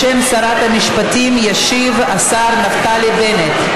בשם שרת המשפטים ישיב השר נפתלי בנט.